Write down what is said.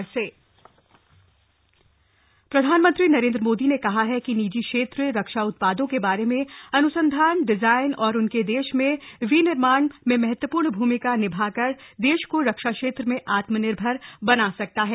PM webinar प्रधानमंत्री नरेन्द्र मोदी ने कहा है कि निजी क्षेत्र रक्षा उत्पादों के बारे में अन्संधान डिजायन और उनके देश में विनिर्माण में महत्वपूर्ण भूमिका निभाकर देश को रक्षा क्षेत्र में आत्मनिर्भर बना सकता है